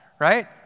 right